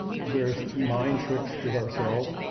various mind tricks with ourselves,